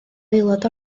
aelod